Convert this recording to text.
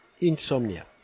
Insomnia